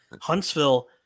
Huntsville